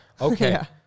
Okay